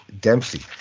Dempsey